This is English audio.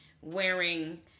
wearing